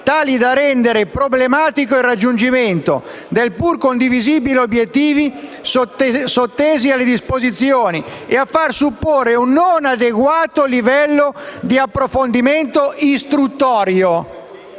tali da rendere problematico il raggiungimento dei pur condivisibili obiettivi sottesi alle disposizioni e da far supporre un non adeguato livello di approfondimento istruttorio».